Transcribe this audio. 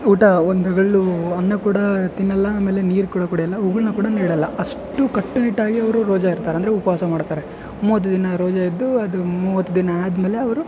ಊಟ ಒಂದು ಅಗುಳು ಅನ್ನ ಕೂಡ ತಿನ್ನೋಲ್ಲ ಆಮೇಲೆ ನೀರು ಕೂಡ ಕುಡಿಯೋಲ್ಲ ಉಗುಳನ್ನ ಕೂಡ ನೀಡೋಲ್ಲ ಅಷ್ಟು ಕಟ್ಟುನಿಟ್ಟಾಗಿ ಅವರು ರೋಜಾ ಇರ್ತಾರೆ ಅಂದ್ರೆ ಉಪವಾಸ ಮಾಡ್ತಾರೆ ಮೂವತ್ತು ದಿನ ರೋಜಾ ಇದ್ದು ಅದು ಮೂವತ್ತು ದಿನ ಆದಮೇಲೆ ಅವರು